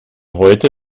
heute